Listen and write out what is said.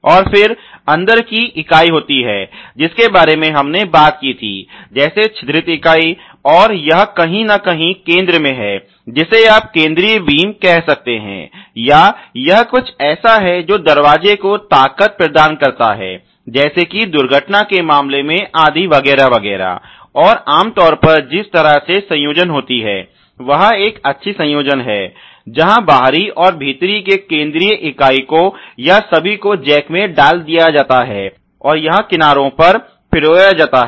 और फिर अंदर की इकाई होती है जिसके बारे में हमने बात की थी जैसे छिद्रित इकाई और यह कहीं न कहीं केंद्र में है जिसे आप केंद्रीय बीम कह सकते हैं या यह कुछ ऐसा है जो दरवाजे को ताकत प्रदान करता है जैसे की दुर्घटना के मामले मे आदि वगैरह वगैरह और आम तौर पर जिस तरह से संयोजन होती है वह एक अच्छी संयोजन है जहां बाहरी और भीतर के केंद्रीय इकाईों को या सभी को जैक में डाल दिया जाता है और यहां किनारों पर पिरोया जाता है